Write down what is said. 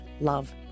love